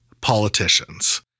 politicians